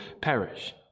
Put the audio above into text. perish